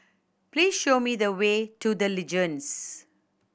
please show me the way to The Legends